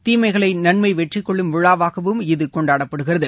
தீமைகளை நன்மை வெற்றிக் கொள்ளும் விழாவாகவும் இது கொண்டாப்படுகிறது